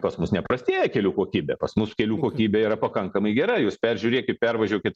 pas mus neprastėja kelių kokybė pas mus kelių kokybė yra pakankamai gera jūs peržiūrėkit pervažiuokit